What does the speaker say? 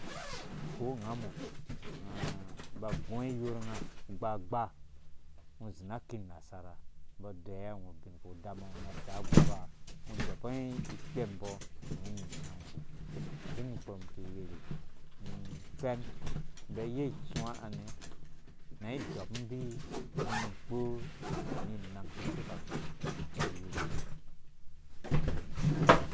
Ko ungamo unga aba agunga iyornga gbagba ungo uzi na ki nasara umbɔ adeyiwa ungo ubin ku dama ungo nu adzaa a goupa ungo udɔbungo ikpemmbɔ ungo ninangngo ubin kpɔ ki irherhe ni ifɛn umbi ayei itsuwa ha nɛ na idabumbi nu umen ikpo ininang kishookamɛn iwurini